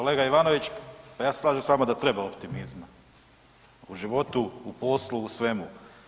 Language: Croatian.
Kolega Ivanović, pa ja se slažem s vama da treba optimizma u životu, u poslu, u svemu.